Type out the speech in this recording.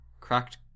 cracked